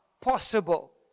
possible